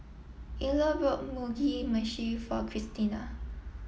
Ilo bought Mugi meshi for Christina